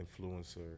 influencer